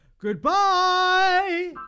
Goodbye